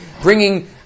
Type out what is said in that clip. bringing